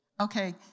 Okay